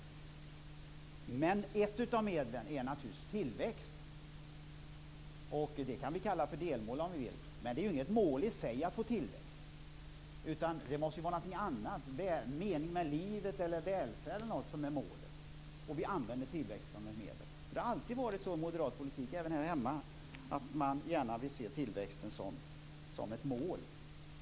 Men ett av medlen är naturligtvis tillväxt. Det kan vi kalla för delmål om vi vill, men det är inget mål i sig att få tillväxt. Det måste vara någonting annat, som meningen med livet eller välfärd, som är målet, och vi använder tillväxt som ett medel. Det har alltid varit så i moderat politik, även här hemma, att man gärna vill se tillväxten som ett mål.